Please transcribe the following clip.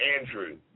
Andrew